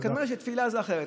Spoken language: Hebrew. אבל כנראה שתפילה זה אחרת.